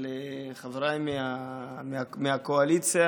אבל חבריי מהקואליציה,